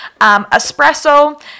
espresso